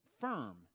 firm